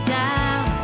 down